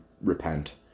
repent